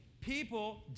People